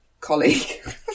colleague